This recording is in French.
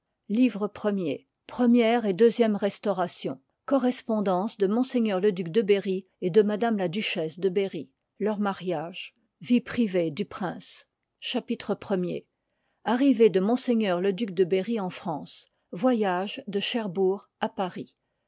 livre i première et deuxième restauration correspondance de m le duc de berry et de jvp la duchesse de berry leur mariage vie privée du prince chapitre i arrivée de m le duc de berry en france voyage de cherbourg à paris